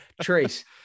Trace